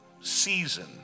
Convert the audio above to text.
season